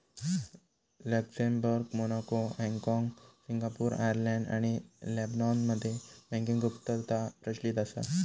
Luxembourg, Monaco, हाँगकाँग, Singapore, Ireland आणि लेबनॉनमध्ये बँकिंग गुप्तता प्रचलित असा